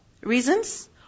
reasons